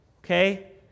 okay